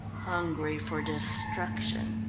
hungry for destruction.